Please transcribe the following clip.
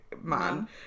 man